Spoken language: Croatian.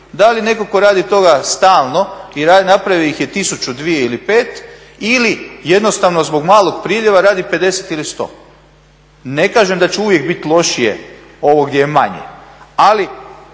da li neko ko radi toga stalno i napravio ih je tisuću, dvije ili pet, ili jednostavno zbog malog priljeva radi 50 ili 100. Ne kažem da će uvijek biti lošije ovo gdje je manje, ali